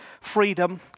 freedom